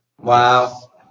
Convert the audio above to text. Wow